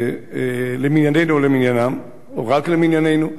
למנייננו או למניינם או רק למנייננו.